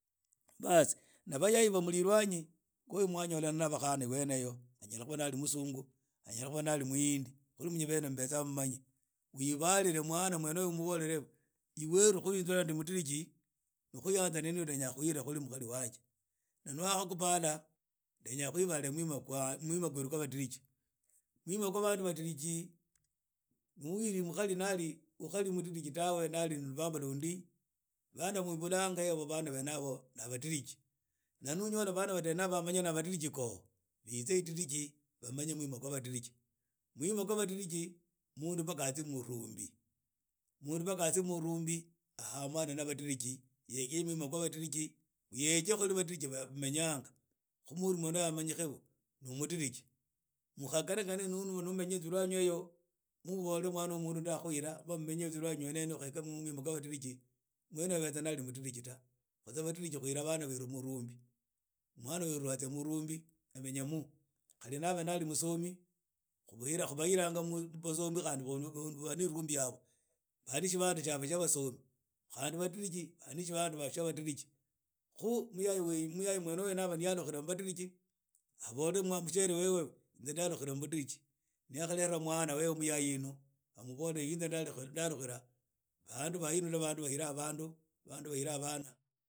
Baas na baye bali mli elwanyi mwanyolana na wakhanaiwene eyo inyala khuba na yali musungu inyala khuba ni yali mhindi khuli munye bene mbeza mumanyi wibalile mwana wene uyu umbolile iweru khuli inze nu mudiriji ndenys khukhuhils kuli mkhsri wanje n ani wakhakhubala ndenya khwibale mwima kwa mwima khweru kwa badiriji mwima khwa bandu badiriji ni ohili mkhari akhiri mudiriji tawe na ali wo lubambo lundi ban aba mwibulanga bana bebe yabo ni badiriji n ani uyola bane bene abo ni badiriji bize idiriji bamanye mwima khwa badiriji mwima khwa badiruji mundu mpaka atsie murumbi mundu mpaka atsie murumbi ahambane na vadiriji yege mwima gwa vadiriji yege khulie badiriji bamenyanga khu mundu mwne uyo amanyikeku khuli mudiriji mkhaganyaganye mudnu ni omenya elwanyi eyo mu obole mwana wu mundu ndakuhira ma mumenye tsa mu lwanyi mwene emwo mwene oyo abets ani abe mudiriji da badiriji khuhila bana berhu mu rhumbi mwana weru atsia murhumbi amenya mu khali na abe ali musomi bene khubahilanga mu basomi khandi nabo bali ne irhumbi yabo bali shibande tsiabo tsia basomi khandi badiriji bali ni tsiabo tsia badiriji khu muyaye wene ni yaba yayalukhila mu badiriji abole mushiere webe inze ndarhukhila mu badiriji ni yakhalela mwana webe muyayi yinu ammbole inze ndarhukhukhila ha bandu hila bandu bandu bahila bana.